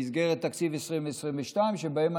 במסגרת תקציב 2022, ואנחנו